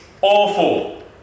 Awful